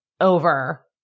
over